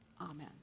Amen